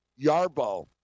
Yarbo